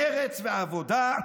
מרצ והעבודה,